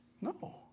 No